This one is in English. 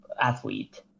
athlete